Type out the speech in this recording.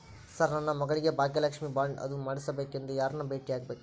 Sir ನನ್ನ ಮಗಳಿಗೆ Bhagyalakshmi bond ಅದು ಮಾಡಿಸಬೇಕೆಂದು ಯಾರನ್ನ ಭೇಟಿಯಾಗಬೇಕ್ರಿ?